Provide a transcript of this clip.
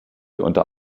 unter